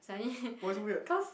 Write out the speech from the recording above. suddenly cause